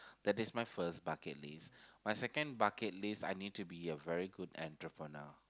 that is my first bucket list my second bucket list I need to be a very good entrepreneur